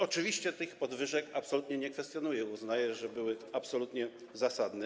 Oczywiście tych podwyżek absolutnie nie kwestionuję, bo uznaję, że były absolutnie zasadne.